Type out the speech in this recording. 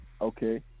Okay